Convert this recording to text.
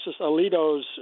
Alito's